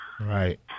Right